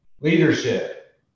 leadership